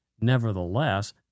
Nevertheless